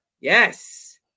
Yes